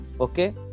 okay